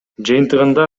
жыйынтыгында